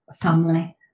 family